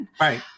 right